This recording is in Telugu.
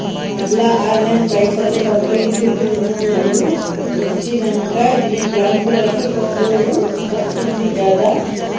మళ్ల ఆన్లైన్ల పైసలు పంపిచ్చుకునుడు వచ్చినంక, గీ బాంకులకు పోవుడు తప్పిందిగదా